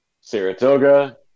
Saratoga